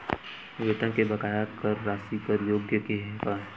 वेतन के बकाया कर राशि कर योग्य हे का?